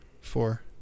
four